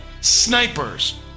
snipers